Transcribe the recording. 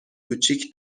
کوچیک